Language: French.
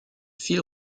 fil